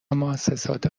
موسسات